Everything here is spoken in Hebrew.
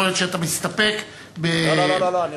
יכול להיות שאתה מסתפק, לא, לא, לא.